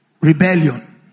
Rebellion